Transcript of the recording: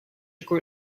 occur